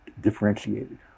differentiated